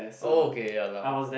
okay ya lah